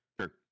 Sure